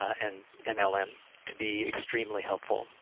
and and nlm to be extremely helpful.